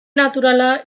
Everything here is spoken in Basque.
naturala